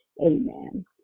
Amen